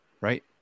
right